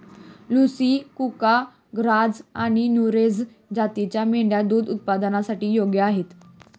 लुही, कुका, ग्राझ आणि नुरेझ जातींच्या मेंढ्या दूध उत्पादनासाठी योग्य आहेत